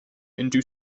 into